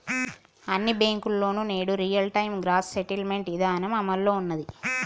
అన్ని బ్యేంకుల్లోనూ నేడు రియల్ టైం గ్రాస్ సెటిల్మెంట్ ఇదానం అమల్లో ఉన్నాది